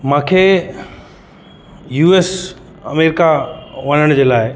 मूंखे U S America वञण जे लाइ